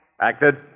Acted